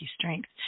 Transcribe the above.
Strength